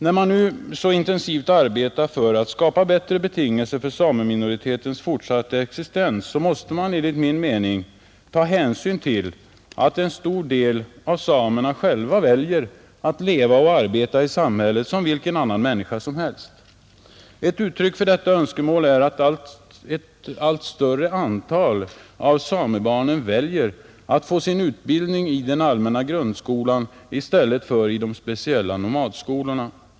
När man nu så intensivt arbetar för att skapa bättre betingelser för sameminoritetens fortsatta existens måste man enligt min mening ta hänsyn till att en stor del av samerna själva väljer att leva och arbeta i samhället som vilken annan människa som helst. Ett uttryck för detta önskemål är att ett allt större antal samebarn väljer att få sin utbildning i den allmänna grundskolan i stället för i de speciella nomadskolorna.